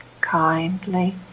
kindly